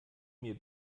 mir